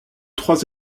trois